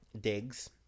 digs